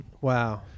wow